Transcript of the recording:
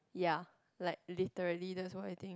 ya like literally that's what I think